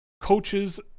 coaches